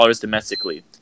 domestically